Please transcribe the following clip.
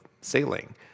sailing